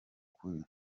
ukuri